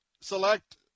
select